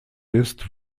ist